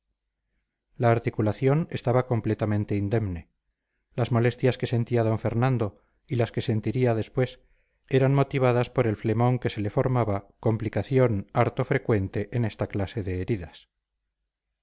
la articulación estaba completamente indemne las molestias que sentía d fernando y las que sentirían después eran motivadas por el flemón que se le formaba complicación harto frecuente en esta clase de heridas